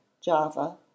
Java